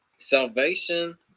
salvation